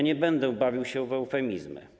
Nie będę bawił się w eufemizmy.